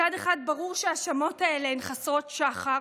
מצד אחד, ברור שהאשמות האלה הן חסרות שחר,